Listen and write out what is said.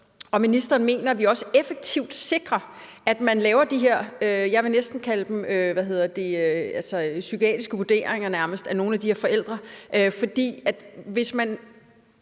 om ministeren mener, at vi også effektivt sikrer, at man laver de her, jeg vil næsten kalde dem psykiatriske vurderinger af nogle af de her forældre.